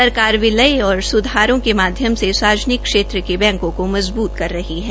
सरकार विलय और सुधारों के माध्यम से सार्वजनिक क्षेत्र के बैंको को मजबूत कर रही है